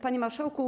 Panie Marszałku!